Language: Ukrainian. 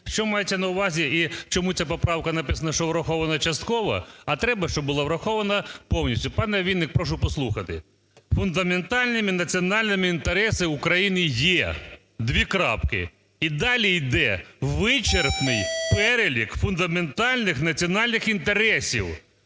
Що мається на увазі? І чому ця поправка, написано, що врахована частково, а треба, щоб була врахована повністю? Пане Вінник, прошу послухати. Фундаментальними національними інтереси України є: (дві крапки)… І далі йде вичерпний перелік фундаментальних національних інтересів.